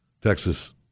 Texas